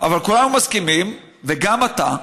אבל כולנו מסכימים, וגם אתה,